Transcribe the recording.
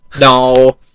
No